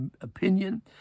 opinion